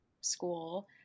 school